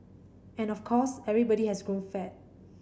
and of course everybody has grown fat